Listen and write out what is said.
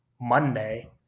Monday